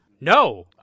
No